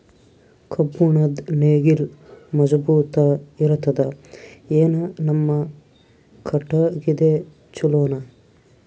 ಕಬ್ಬುಣದ್ ನೇಗಿಲ್ ಮಜಬೂತ ಇರತದಾ, ಏನ ನಮ್ಮ ಕಟಗಿದೇ ಚಲೋನಾ?